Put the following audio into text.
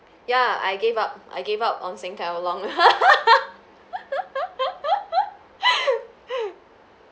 ya I gave up I gave up on Singtel long